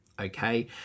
okay